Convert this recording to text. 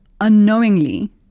unknowingly